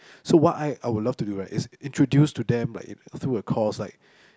so what I I would love to do right is introduce to them like in through a course like